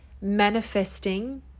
manifesting